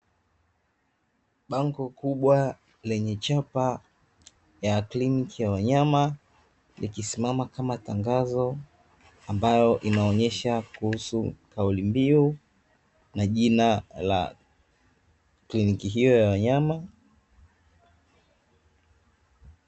Bango kubwa lenye chapa ya kiliniki ya wanyama likisimama kama tangazo ambalo linaonyesha kuhusu kaulimbiu na jina la kliniki hiyo ya wanyama.